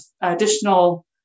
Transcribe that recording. additional